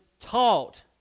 taught